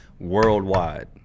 worldwide